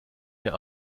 dir